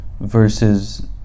Versus